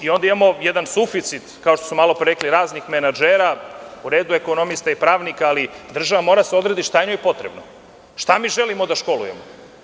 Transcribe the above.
Onda imamo jedan suficit, kao što smo malopre rekli, raznih menadžera, u redu ekonomista i pravnika, ali država mora da odredi šta je njoj potrebno, šta želimo da školujemo.